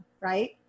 right